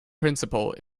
principle